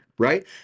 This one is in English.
right